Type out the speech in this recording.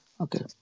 Okay